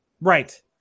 Right